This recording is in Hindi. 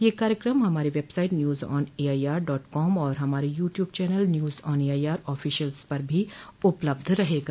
ये कार्यक्रम हमारी website news on AIR dot com और हमारे YouTube channel news on AIR official पर भी उपलब्ध रहेगा